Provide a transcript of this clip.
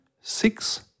six